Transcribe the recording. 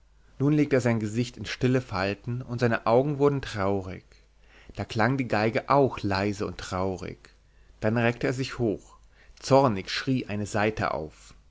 nun legte er sein gesicht in stille falten und seine augen wurden traurig da klang die geige auch leise und traurig dann reckte er sich hoch zornig schrie eine saite auf